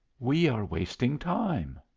we are wasting time.